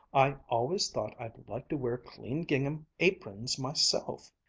i always thought i'd like to wear clean gingham aprons myself.